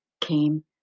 came